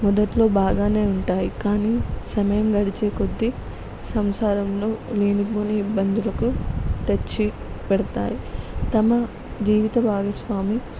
మొదట్లో బాగానే ఉంటాయి కానీ సమయం గడిచే కొద్దీ సంసారంలో లేనిపోని ఇబ్బందులుకు తెచ్చి పెడతాయి తమ జీవిత భాగస్వామి